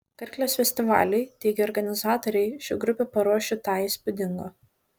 karklės festivaliui teigia organizatoriai ši grupė paruoš šį tą įspūdingo